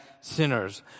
sinners